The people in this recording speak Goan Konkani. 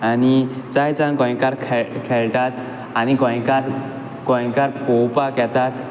आनी जायत जाण गोंयकार खेळटात आनी गोंयकार गोंयकार पोवपाक येतात